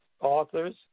authors